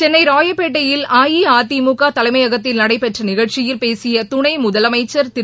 சென்னை ராயப்பேட்டையில் அஇஅதிமுக தலைமையகத்தில் நடைபெற்ற நிகழ்ச்சியில் பேசிய துணை முதலமைச்சர் திரு